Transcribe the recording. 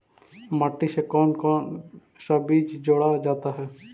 माटी से कौन कौन सा बीज जोड़ा जाता है?